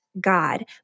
God